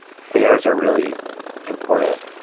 fares are really important.